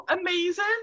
amazing